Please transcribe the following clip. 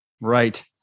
Right